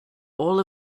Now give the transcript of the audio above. all